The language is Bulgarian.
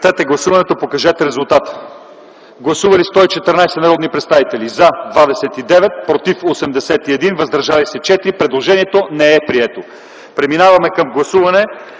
не се подкрепя от комисията. Гласували 114 народни представители: за 29, против 81, въздържали се 4. Предложението не е прието. Преминаваме към гласуване